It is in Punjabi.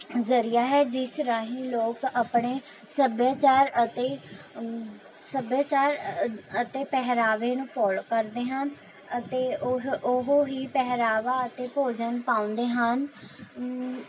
ਜ਼ਰੀਆ ਹੈ ਜਿਸ ਰਾਹੀਂ ਲੋਕ ਆਪਣੇ ਸੱਭਿਆਚਾਰ ਅਤੇ ਸੱਭਿਆਚਾਰ ਅਤੇ ਪਹਿਰਾਵੇ ਨੂੰ ਫੋਲੋ ਕਰਦੇ ਹਨ ਅਤੇ ਉਹ ਉਹ ਹੀ ਪਹਿਰਾਵਾ ਅਤੇ ਭੋਜਨ ਪਾਉਂਦੇ ਹਨ